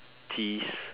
tees